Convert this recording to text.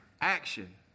Action